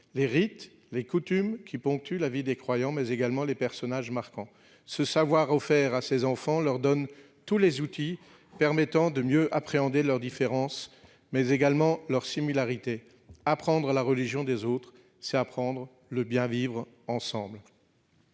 les rites et coutumes qui ponctuent la vie des croyants, et les personnages marquants. Ce savoir offert aux enfants leur donne tous les outils pour mieux appréhender leurs différences et leurs similarités. Apprendre la religion des autres, c'est apprendre le « bien vivre ensemble